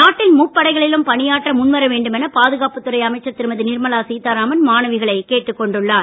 நாட்டின் முப்படைகளிலும் பணியாற்ற முன்வர வேண்டும் என பாதுகாப்புத்துறை அமைச்சர் திருமதி நிர்மலா சீத்தாராமன் மாணவிகளை கேட்டுக் கொண்டுள்ளார்